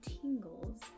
tingles